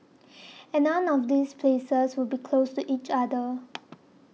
and none of these places would be closed each other